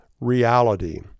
reality